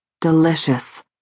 Delicious